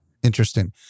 Interesting